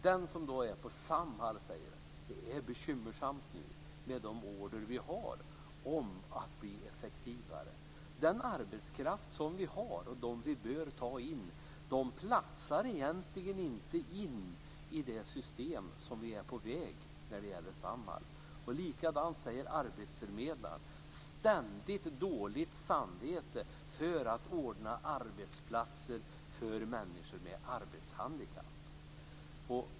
Han som är på Samhall säger: Det är bekymmersamt med de order vi har om att bli effektivare. Den arbetskraft vi har och bör ta in platsar egentligen inte i det system som vi är på väg mot när det gäller Samhall. Likadant säger arbetsförmedlaren: Ständigt har man dåligt samvete när det gäller att ordna arbetsplatser för människor med arbetshandikapp.